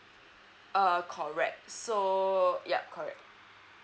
err correct so yup correct